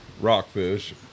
Rockfish